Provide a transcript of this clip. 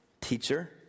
teacher